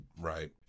right